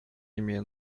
имея